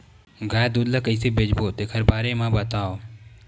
गाय दूध ल कइसे बेचबो तेखर बारे में बताओ?